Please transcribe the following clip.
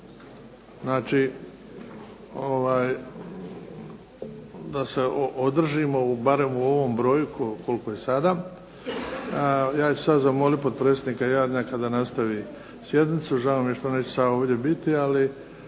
Da se održimo barem u ovom broju kao sada. Ja ću sada zamoliti potpredsjednika Jarnjaka da nastavi sjednicu. Žao mi je što neću s vama ovdje biti ali